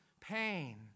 pain